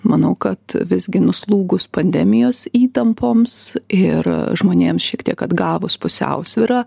manau kad visgi nuslūgus pandemijos įtampoms ir žmonėms šiek tiek atgavus pusiausvyrą